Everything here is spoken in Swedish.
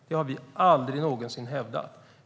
Det har vi aldrig någonsin hävdat.